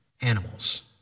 animals